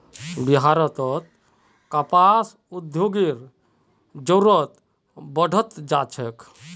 बिहारत कपास उद्योगेर जरूरत बढ़ त जा छेक